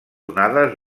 onades